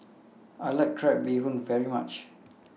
I like Crab Bee Hoon very much